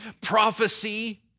Prophecy